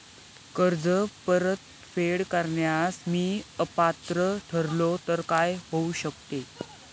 कर्ज परतफेड करण्यास मी अपात्र ठरलो तर काय होऊ शकते?